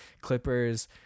Clippers